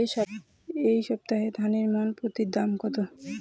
এই সপ্তাহে ধানের মন প্রতি দাম কত?